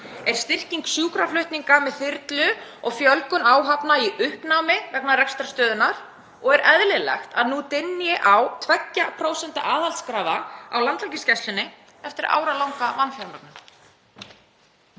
Er styrking sjúkraflutninga með þyrlu og fjölgun áhafna í uppnámi vegna rekstrarstöðunnar? Og er eðlilegt að nú dynji 2% aðhaldskrafa á Landhelgisgæslunni eftir áralanga vanfjármögnun?